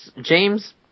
James